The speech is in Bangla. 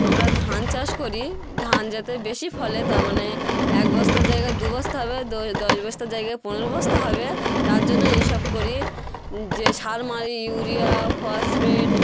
আমরা ধান চাষ করি ধান যাতে বেশি ফলে তার মানে এক বস্তার জায়গায় দু বস্তা হবে দশ বস্তার জায়গায় পনেরো বস্তা হবে তার জন্য এইসব করি যে সার মানে ইউরিয়া ফসফেট